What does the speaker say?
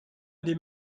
des